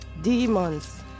demons